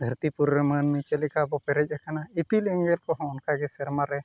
ᱫᱷᱟᱹᱨᱛᱤ ᱯᱩᱨᱤᱨᱮ ᱢᱟᱹᱱᱢᱤ ᱪᱮᱫ ᱞᱮᱠᱟᱵᱚ ᱯᱮᱨᱮᱡ ᱟᱠᱟᱱᱟ ᱤᱯᱤᱞ ᱮᱸᱜᱮᱞ ᱠᱚᱦᱚᱸ ᱚᱱᱠᱟᱜᱮ ᱥᱮᱨᱢᱟᱨᱮ